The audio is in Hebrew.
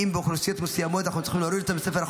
זה בסדר.